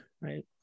Right